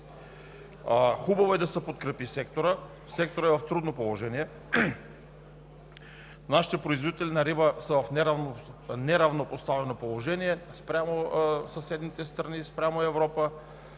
Хубаво е да се подкрепи секторът. Секторът е в трудно положение. Нашите производители на риба са в неравнопоставено положение спрямо съседните страни, спрямо Европа